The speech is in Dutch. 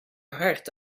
haard